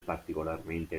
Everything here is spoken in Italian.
particolarmente